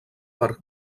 per